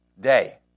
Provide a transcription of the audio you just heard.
day